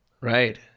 Right